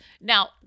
Now